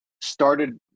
started